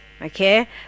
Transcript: okay